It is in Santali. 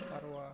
ᱛᱟᱨᱣᱟ